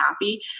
happy